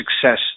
success